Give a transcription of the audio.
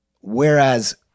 whereas